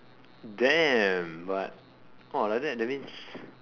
damn but !wah! like that that means